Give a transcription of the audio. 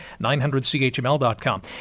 900chml.com